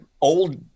old